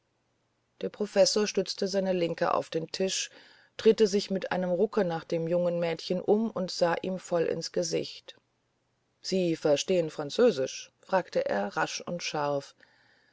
der professor stützte seine linke auf den tisch drehte sich mit einem rucke nach dem jungen mädchen um und sah ihm voll ins gesicht sie verstehen französisch fragte er rasch und scharf